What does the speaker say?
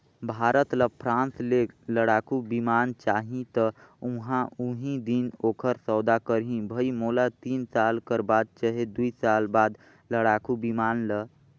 भारत ल फ्रांस ले लड़ाकु बिमान चाहीं त ओहा उहीं दिन ओखर सौदा करहीं भई मोला तीन साल कर बाद चहे दुई साल बाद लड़ाकू बिमान ल